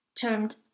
termed